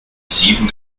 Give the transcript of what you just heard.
sieben